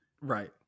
Right